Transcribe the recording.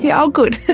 yeah oh good!